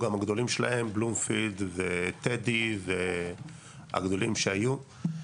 גם הגדולים שלהם בלומפילד וטדי ושאר הגדולים שהיו.